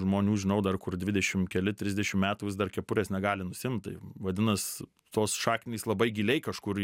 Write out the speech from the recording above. žmonių žinau dar kur dvidešim keli trisdešim metų vis dar kepures negali nusiimt tai vadinas tos šaknys labai giliai kažkur